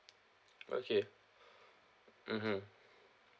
okay mmhmm